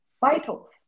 vitals